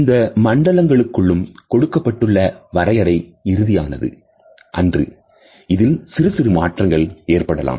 இந்த மண்டலங்களுக்கும் கொடுக்கப்பட்டுள்ள வரையறை இறுதியானது அன்று இதில் சிறுசிறு மாற்றங்கள் ஏற்படலாம்